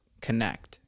connect